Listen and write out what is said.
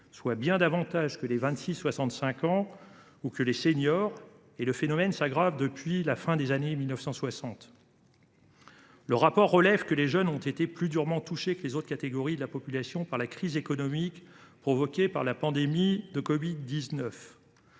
soit bien davantage que les 26 65 ans ou que les seniors. Le phénomène s’aggrave d’ailleurs depuis la fin des années 1960. Le rapport relève que les jeunes ont été « plus durement touchés que les autres catégories de la population par la crise économique provoquée par la pandémie » de covid 19.